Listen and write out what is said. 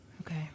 Okay